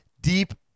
deep